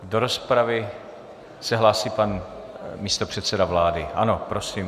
Do rozpravy se hlásí pan místopředseda vlády, ano, prosím.